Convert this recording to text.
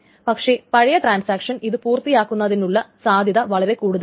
പക്ഷേ പഴയ ട്രാൻസാക്ഷൻ ഇത് പൂർത്തിയാക്കുന്നതിനുള്ള സാധ്യത വളരെ കൂടുതലാണ്